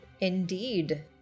Indeed